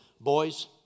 boys